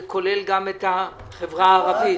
זה כולל גם את החברה הערבית.